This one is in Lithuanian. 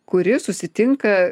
kuri susitinka